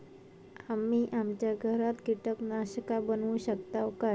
आम्ही आमच्या घरात कीटकनाशका बनवू शकताव काय?